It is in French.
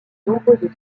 nombreuses